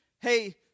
hey